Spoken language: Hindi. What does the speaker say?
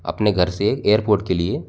अपने घर से एयरपोर्ट के लिए